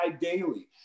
daily